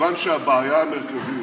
כיוון שהבעיה המרכזית,